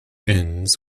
ends